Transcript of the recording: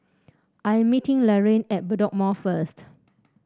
I am meeting Laraine at Bedok Mall first